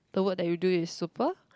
the work that you do is super